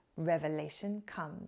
Revelationcomes